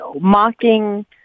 mocking